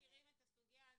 אנחנו מכירים את הסוגיה הזו.